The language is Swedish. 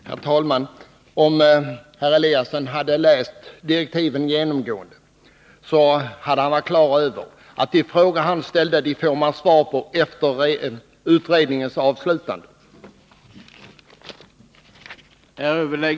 Onsdagen den Herr talman! Om Ingemar Eliasson hade läst direktiven ingående, skulle 17 november 1982 han ha varit klar över att de frågor han ställt får man svar på när utredningen är klar.